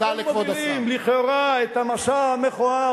אתם מובילים לכאורה את המסע המכוער,